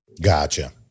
Gotcha